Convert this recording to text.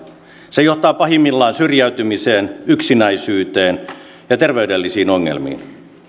se johtaa pahimmillaan syrjäytymiseen yksinäisyyteen ja terveydellisiin ongelmiin